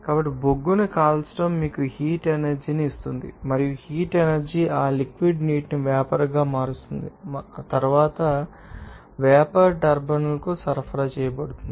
కాబట్టి బొగ్గును కాల్చడం మీకు హీట్ ఎనర్జీ ని ఇస్తుంది మరియు ఆ హీట్ ఎనర్జీ ఆ లిక్విడ్ నీటిని వేపర్ గా మారుస్తుంది మరియు తరువాత మీకు తెలిసిన వేపర్ టర్బైన్కు సరఫరా చేయబడుతుంది